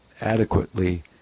adequately